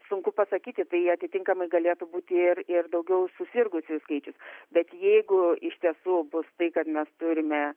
sunku pasakyti tai atitinkamai galėtų būti ir ir daugiau susirgusiųjų skaičius bet jeigu iš tiesų bus tai kad mes turime